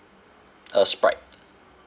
uh sprite